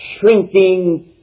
shrinking